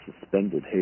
suspended